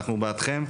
אנחנו בעדכם,